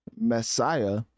Messiah